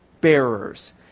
bearers